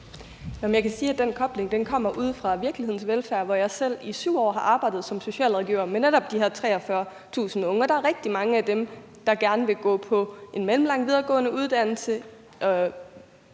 den kobling kommer ude fra virkelighedens velfærd, hvor jeg selv i 7 år har arbejdet som socialrådgiver med netop de her 43.000 unge, og der er rigtig mange af dem, der gerne vil gå på en mellemlang videregående uddannelse